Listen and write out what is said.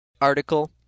article